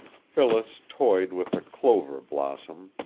phyllis toyed with a clover blossom,